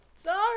sorry